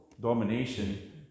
domination